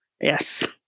yes